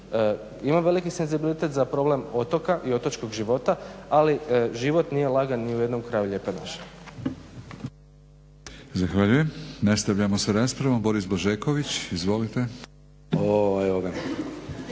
ima veliki senzibilitet za problem otoka i otočkog života ali život nije lagan ni u jednom kraju lijepe naše.